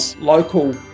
local